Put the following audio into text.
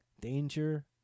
Danger